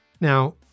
Now